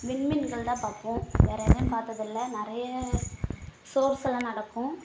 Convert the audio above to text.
விண்மீன்கள் தான் பார்போம் வேற ஏதுவும் பார்த்ததுல்ல நிறைய சோர்ஸ்ஸலாம் நடக்கும்